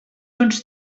uns